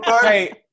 Hey